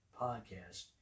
podcast